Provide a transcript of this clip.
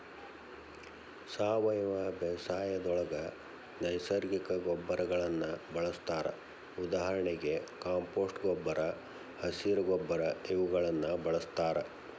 ಸಾವಯವ ಬೇಸಾಯದೊಳಗ ನೈಸರ್ಗಿಕ ಗೊಬ್ಬರಗಳನ್ನ ಬಳಸ್ತಾರ ಉದಾಹರಣೆಗೆ ಕಾಂಪೋಸ್ಟ್ ಗೊಬ್ಬರ, ಹಸಿರ ಗೊಬ್ಬರ ಇವುಗಳನ್ನ ಬಳಸ್ತಾರ